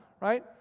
right